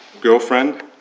girlfriend